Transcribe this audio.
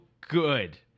good